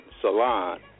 salon